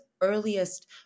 earliest